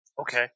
Okay